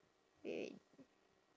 wait wait